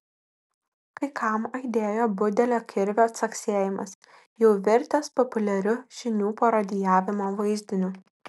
kai kam aidėjo budelio kirvio caksėjimas jau virtęs populiariu žinių parodijavimo vaizdiniu